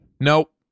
Nope